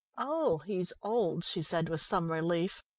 oh, he's old, she said with some relief.